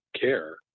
care